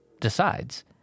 decides